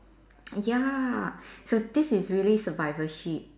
ya so this is really survivorship